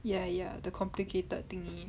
ya ya the complicated thingy